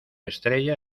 estrella